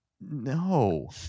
No